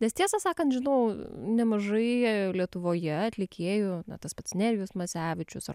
nes tiesą sakant žinau nemažai lietuvoje atlikėjų tas pats nerijus masevičius ar